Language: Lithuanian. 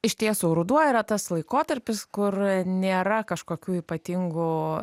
iš tiesų ruduo yra tas laikotarpis kur nėra kažkokių ypatingų